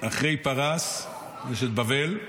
אחרי פרס יש את בבל,